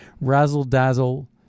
razzle-dazzle